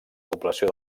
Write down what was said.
població